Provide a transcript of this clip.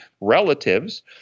relatives